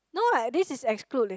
no what this is exclude leh